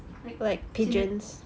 like budgies